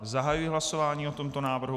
Zahajuji hlasování o tomto návrhu.